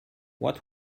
what